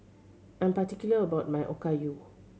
I'm particular about my Okayu